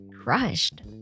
crushed